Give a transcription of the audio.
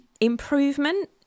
Improvement